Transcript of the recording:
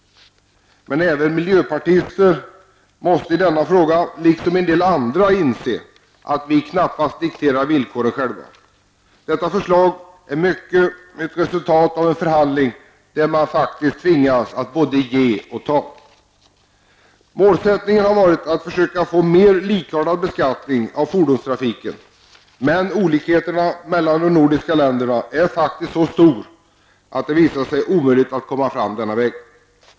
Men även miljöpartister måste i denna fråga, liksom i en del andra frågor, inse att vi knappast kan diktera villkoren själva. Detta förslag är i mångt och mycket ett resultat av en förhandling där man faktiskt tvingats att både ge och ta. Målsättningen har varit att försöka få till stånd en mer likartad beskattning beträffande fordonstrafiken. Men olikheterna mellan de nordiska länderna är faktiskt så stor att det har visat sig vara omöjligt att komma fram denna väg.